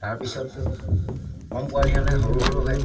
তাৰপিছত কম পোৱালি হ'লে সৰু হ'লেও হয়